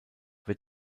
wird